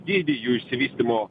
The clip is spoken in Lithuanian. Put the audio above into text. dydį jų išsivystymo